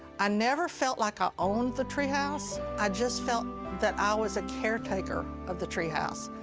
i never felt like i owned the treehouse. i just felt that i was a caretaker of the treehouse.